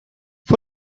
fue